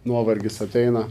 nuovargis ateina